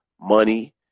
money